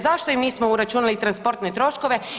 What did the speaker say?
Zašto im nismo uračunali i transportne troškove?